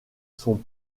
sont